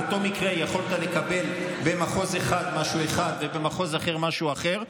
על אותו מקרה יכולת לקבל במחוז אחד משהו אחד ובמחוז אחר משהו אחר.